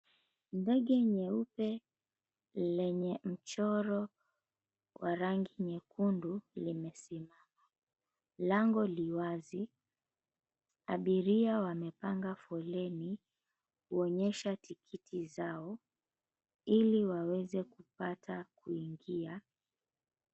Ndege nyeupe lenye mchoro wa rangi nyekundu limesimama. Lango li wazi. Abiria wamepanga foleni kuonyesha tikiti zao ili waweze kupata kuingia.